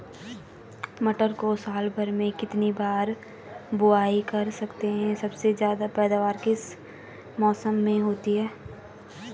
मटर को साल भर में कितनी बार बुआई कर सकते हैं सबसे ज़्यादा पैदावार किस मौसम में होती है?